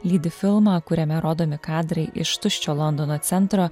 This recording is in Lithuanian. lydi filmą kuriame rodomi kadrai iš tuščio londono centro